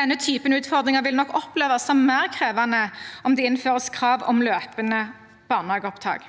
Denne typen utfordringer vil nok oppleves som mer krevende om det innføres krav om løpende barnehageopptak.